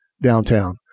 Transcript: downtown